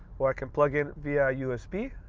or i can plug in via usb.